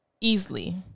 Easily